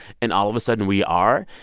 and all of a sudden, we are.